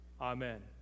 Amen